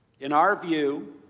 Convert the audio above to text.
in our view,